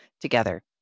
together